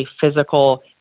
physical